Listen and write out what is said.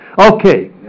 Okay